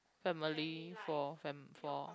family for fam~ for